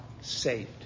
saved